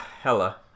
hella